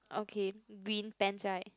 okay green pants right